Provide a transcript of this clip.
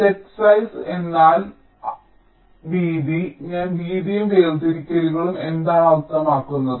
set size എന്നാൽ വീതി ഞാൻ വീതിയും വേർതിരിക്കലുകളും എന്നാണ് അർത്ഥമാക്കുന്നത്